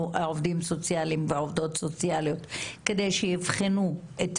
עובדים סוציאליים ועובדות סוציאליות כדי שיבחנו את